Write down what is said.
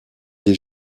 des